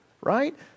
right